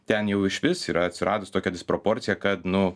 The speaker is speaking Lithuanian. ten jau išvis yra atsiradus tokia disproporcija kad nu